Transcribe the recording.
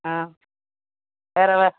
ஆ வேறு வே